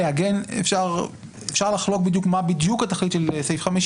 אפשר לחלוק מה בדיוק התכלית של סעיף 50